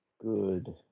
good